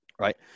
Right